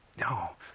No